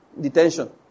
detention